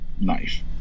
knife